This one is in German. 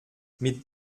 mit